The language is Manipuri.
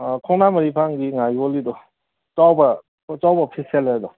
ꯈꯣꯡꯅꯥꯡ ꯃꯔꯤ ꯐꯥꯡꯕꯒꯤ ꯉꯥ ꯌꯣꯜꯂꯤꯗꯣ ꯆꯥꯎꯕ ꯆꯥꯎꯕ ꯐꯦꯁꯤꯌꯦꯜ ꯂꯩꯕꯗꯣ